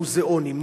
מוזיאונים,